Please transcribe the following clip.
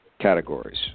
categories